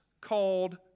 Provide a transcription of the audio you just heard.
called